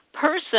person